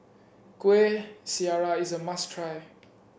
Kueh Syara is a must try